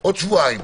בעוד שבועיים.